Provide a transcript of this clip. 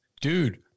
dude